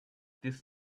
this